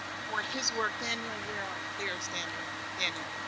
for his work daniel, where, there's daniel. ah daniel